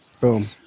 boom